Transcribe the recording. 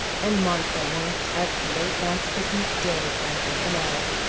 and martha warn't as late last christmas day by half an hour!